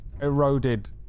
eroded